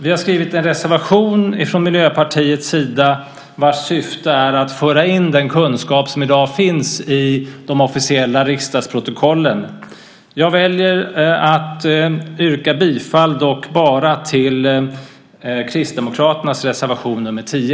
Vi har skrivit en reservation från Miljöpartiets sida vars syfte är att föra in den kunskap som i dag finns i de officiella riksdagsprotokollen. Jag väljer dock att yrka bifall bara till Kristdemokraternas reservation nr 10.